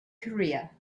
career